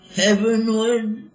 heavenward